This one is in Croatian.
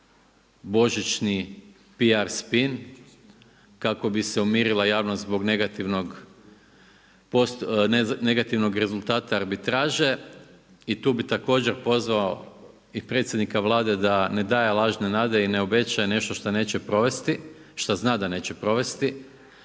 božićni PR spin, kako bi se umirala javnost zbog negativnog rezultata arbitraže i tu bi također pozvao i predsjednika Vlade da ne daje lažne nade i ne obećaje nešto što neće provesti,